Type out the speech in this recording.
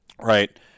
right